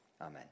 Amen